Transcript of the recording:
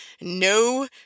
no